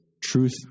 truth